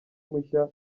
mushya